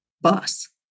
bus